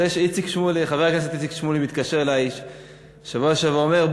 זה שחבר הכנסת איציק שמולי מתקשר אלי בשבוע שעבר ואומר,